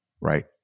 right